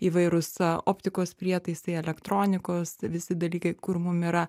įvairūs optikos prietaisai elektronikos visi dalykai kur mums yra